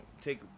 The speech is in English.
take